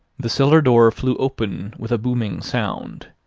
the cellar-door flew open with a booming sound,